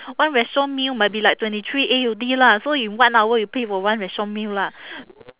one restaurant meal might be like twenty three A_U_D lah so you one hour you pay for one restaurant meal lah